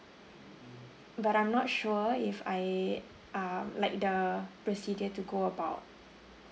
but I'm not sure if I uh like the procedure to go about